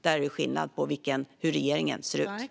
Där är det en skillnad beroende på hur regeringen ser ut.